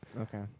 Okay